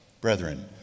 brethren